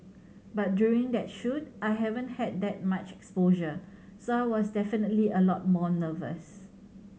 but during that shoot I haven't had that much exposure so I was definitely a lot more nervous